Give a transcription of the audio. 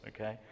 okay